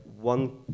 one